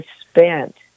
spent